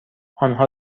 آنها